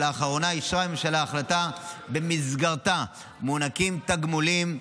לאחרונה אישרה הממשלה החלטה שבמסגרתה מוענקים תגמולים,